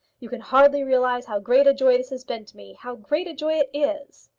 you can hardly realise how great a joy this has been to me how great a joy it is.